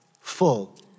full